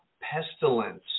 pestilence